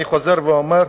אני חוזר ואומר,